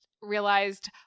realized